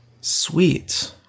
Sweet